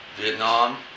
Vietnam